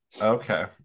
okay